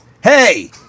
Hey